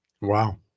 wow